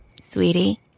Sweetie